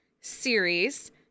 series